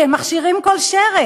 כי הם מכשירים כל שרץ.